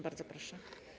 Bardzo proszę.